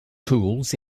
tools